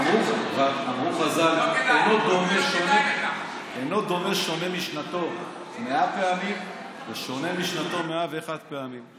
אמרו חז"ל: אינו דומה שונה משנתו מאה פעמים לשונה מאה ואחת פעמים.